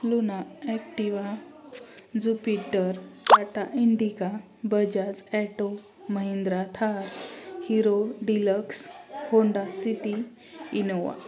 luna Activa jupiter Tata Indica Bajaj auto Mahindra Thar hero deluxe Honda city Innova